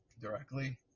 directly